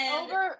over